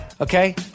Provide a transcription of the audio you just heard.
Okay